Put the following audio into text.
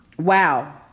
wow